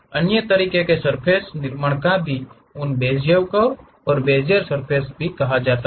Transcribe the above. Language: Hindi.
अन्य तरीके हैं सर्फ़ेस निर्माण का भी उने बेजियर कर्व और बेजियर सर्फ़ेस कहा जाता है